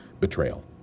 Betrayal